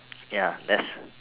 ya that's